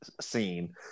scene